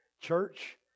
Church